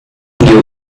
new